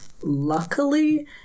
luckily